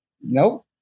nope